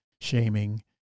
shaming